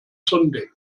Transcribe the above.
sunday